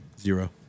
Zero